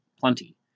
plenty